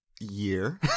year